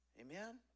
Amen